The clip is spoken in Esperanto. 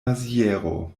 maziero